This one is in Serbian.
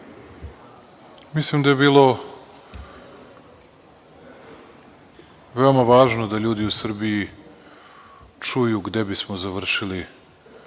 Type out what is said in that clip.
mislim da je veoma važno da ljudi u Srbiji čuju gde bismo završili